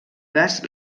gas